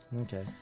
Okay